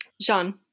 Jean